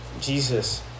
Jesus